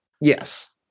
Yes